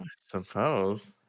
Suppose